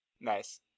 Nice